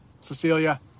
Cecilia